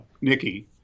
Nikki